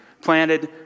planted